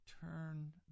turn